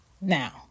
Now